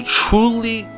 truly